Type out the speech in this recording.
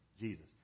Jesus